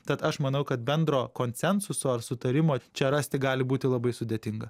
tad aš manau kad bendro konsensuso ir sutarimo čia rasti gali būti labai sudėtinga